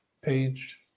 page